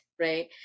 right